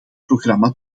programma